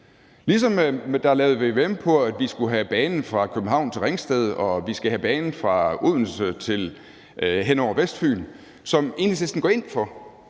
vvm-undersøgelse af det, at vi skulle have banen fra København til Ringsted, og at vi skal have banen fra Odense hen over Vestfyn, som Enhedslisten går ind for.